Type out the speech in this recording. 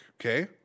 Okay